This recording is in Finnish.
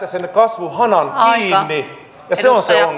sen kasvuhanan kiinni ja se on se